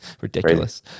Ridiculous